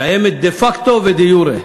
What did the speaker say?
קיימת דה-פקטו ודה-יורה,